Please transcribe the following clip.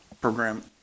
program